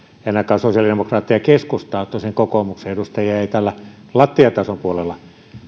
ei ainakaan sosiaalidemokraatteja ja keskustaa tosin kokoomuksen edustajia ei täältä lattiatason puolelta